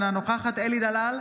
אינה נוכחת אלי דלל,